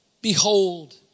Behold